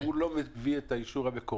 אם הוא לא מביא את האישור המקורי,